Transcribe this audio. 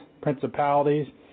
principalities